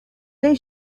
they